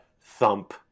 thump